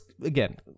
again